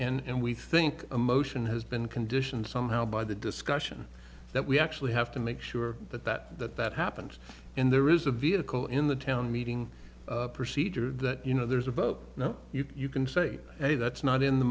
done and we think a motion has been conditioned somehow by the discussion that we actually have to make sure that that that that happened in there is a vehicle in the town meeting procedure that you know there's a vote now you can say that's not in the